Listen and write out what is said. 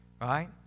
right